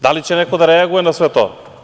Da li će neko da reaguje na sve to?